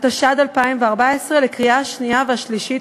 התשע"ה 2014, לקריאה השנייה והשלישית.